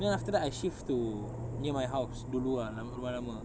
then after that I shift to near my house dulu ah lama rumah lama